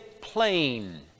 plain